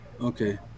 Okay